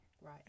Right